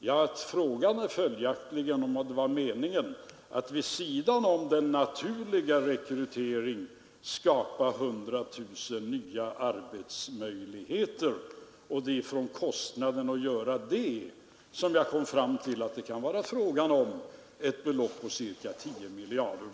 Jag frågade följaktligen om det var meningen att vid sidan av den normala rekryteringen skapa 100 000 nya arbetstillfällen. Jag kom fram till att kostnaden härför kunde uppgå till ett belopp på 10 miljarder.